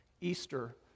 Easter